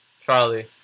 Charlie